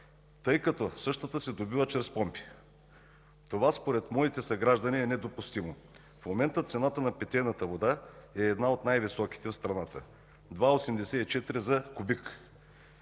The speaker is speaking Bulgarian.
тъй като същата се добива чрез помпи. Според моите съграждани това е недопустимо. В момента цената на питейната вода е една от най-високите в страната – 2,84 лв. за кубик.